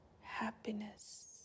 happiness